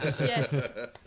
Yes